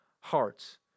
hearts